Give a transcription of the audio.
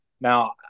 Now